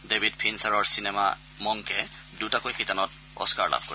ডেৱিড ফিনছাৰৰ চিনেমা মংকে দুটাকৈ শিতানত অস্থাৰ লাভ কৰে